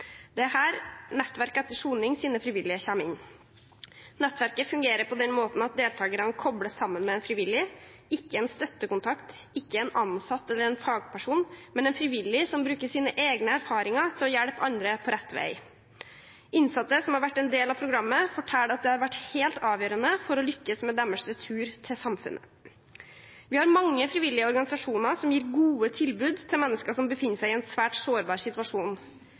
Det er her Nettverk etter sonings frivillige kommer inn. Nettverket fungerer på den måten at deltakerne kobles sammen med en frivillig – ikke en støttekontakt, ikke en ansatt eller en fagperson, men en frivillig som bruker sine egne erfaringer til å hjelpe andre på rett vei. Innsatte som har vært en del av programmet, forteller at det har vært helt avgjørende for å lykkes med deres retur til samfunnet. Vi har mange frivillige organisasjoner som gir gode tilbud til mennesker som befinner seg i en svært sårbar situasjon.